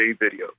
video